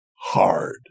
hard